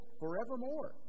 forevermore